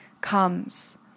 comes